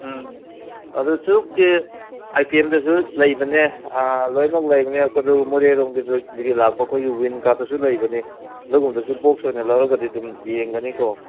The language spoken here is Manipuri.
ꯎꯝ ꯑꯗꯨ ꯆꯨꯔꯨꯞꯀꯤ ꯑꯥꯏꯇꯦꯝꯗꯁꯨ ꯂꯩꯕꯅꯦ ꯂꯣꯏꯅꯃꯛ ꯂꯩꯕꯅꯦ ꯃꯣꯔꯦꯔꯣꯝꯗꯒꯤ ꯂꯥꯛꯄ ꯑꯩꯈꯣꯏꯒꯤ ꯋꯤꯟꯒꯥꯗꯨꯁꯨ ꯂꯩꯕꯅꯦ ꯑꯗꯨꯒꯨꯝꯕꯗꯨꯁꯨ ꯕꯣꯛꯁ ꯑꯣꯏꯅ ꯂꯧꯔꯒꯗꯤ ꯑꯗꯨꯝ ꯌꯦꯡꯒꯅꯤꯀꯣ